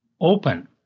open